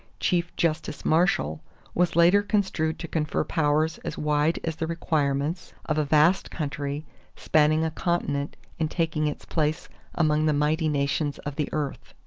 chief justice marshall, was later construed to confer powers as wide as the requirements of a vast country spanning a continent and taking its place among the mighty nations of the earth.